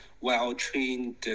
well-trained